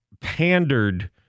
pandered